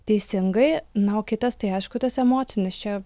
teisingai na o kitas tai aišku tas emocinis čia